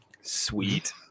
Sweet